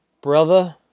brother